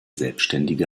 selbständige